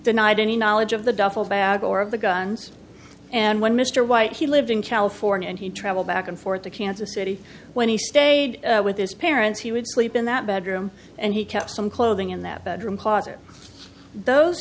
denied any knowledge of the duffel bag or of the guns and when mr white he lived in california and he traveled back and forth to kansas city when he stayed with his parents he would sleep in that bedroom and he kept some clothing in that bedroom closet those